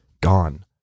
gone